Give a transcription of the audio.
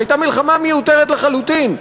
שהייתה מלחמה מיותרת לחלוטין,